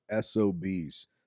SOBs